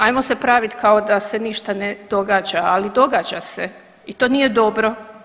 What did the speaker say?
Ajmo se praviti kao da se ništa ne događa, ali događa se i to nije dobro.